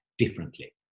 differently